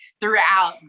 throughout